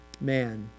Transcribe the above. man